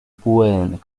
pueden